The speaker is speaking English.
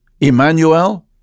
Emmanuel